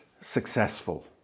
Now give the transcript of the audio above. successful